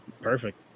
Perfect